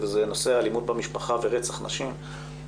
זה נושא אלימות במשפחה ורצח נשים.